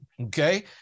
okay